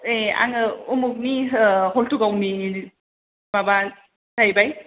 ए आङो उमुगनि हुल्थुगावनि माबा जाहैबाय